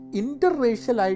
interracial